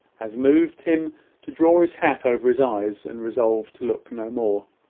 as moved him to draw his hat over his eyes, and resolve to look no more.